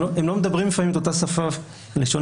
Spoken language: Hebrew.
הם לא מדברים לפעמים את אותה שפה לשונית,